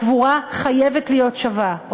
הקבורה חייבת להיות שווה,